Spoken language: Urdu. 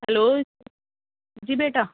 ہیلو جی بیٹا